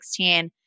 2016